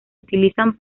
utilizan